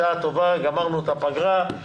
בשעה טובה סיימנו את הפגרה,